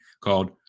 called